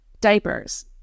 diapers